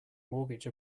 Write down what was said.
mortgage